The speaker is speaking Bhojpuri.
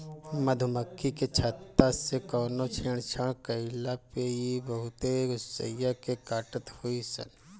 मधुमक्खी के छत्ता से कवनो छेड़छाड़ कईला पे इ बहुते गुस्सिया के काटत हई सन